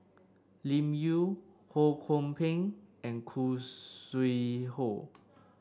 Lim Yau Ho Kwon Ping and Khoo Sui Hoe